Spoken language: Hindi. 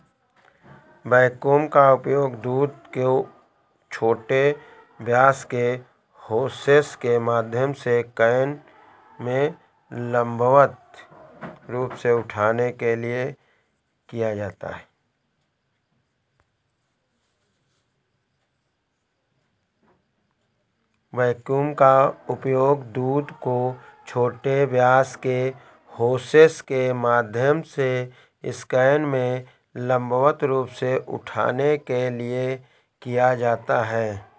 वैक्यूम का उपयोग दूध को छोटे व्यास के होसेस के माध्यम से कैन में लंबवत रूप से उठाने के लिए किया जाता है